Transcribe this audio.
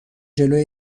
جلوی